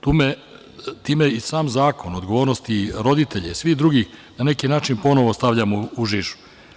Time i sam zakon, odgovornost roditelja i svih drugih na neki način ponovo stavljamo u žižu.